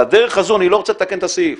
על הדרך הזו אני לא רוצה לתקן את הסעיף,